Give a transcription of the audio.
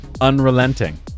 unrelenting